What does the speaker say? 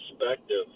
perspective